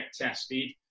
tested